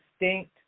distinct